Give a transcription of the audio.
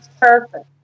perfect